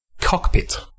Cockpit